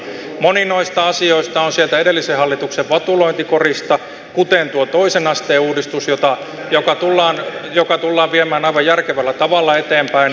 moni noista asioista on sieltä edellisen hallituksen vatulointikorista kuten tuo toisen asteen uudistus joka tullaan viemään aivan järkevällä tavalla eteenpäin